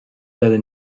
leider